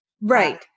right